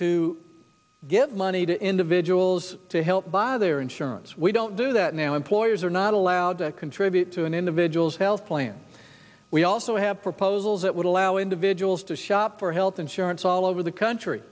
to give money to individuals to help buy their insurance we don't do that now employers are not allowed to contribute to an individual's health plan we also have proposals that would allow individuals to shop for health insurance all over the country